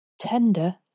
Tender